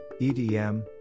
EDM